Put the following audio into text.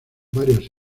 varias